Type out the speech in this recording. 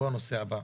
והיא הנושא הבא: